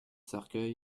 cercueil